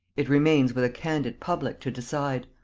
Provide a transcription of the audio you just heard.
it remains with a candid public to decide.